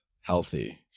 healthy